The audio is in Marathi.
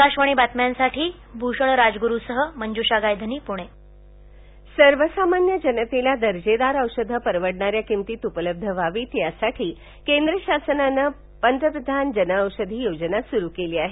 आकाशवाणी बातम्यांसाठी भूषण राजगुरूसह मंजुषा गायघनी पुणे जन मौषधी योजना सर्वसामान्य जनतेला दर्बेदार औषधं परवडणाऱ्या किंमतीत उपलब्ध व्हावीत यासाठी केंद्र शासनानं पंतप्रधान जन औषधी योजना सुरू केली आहे